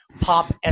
pop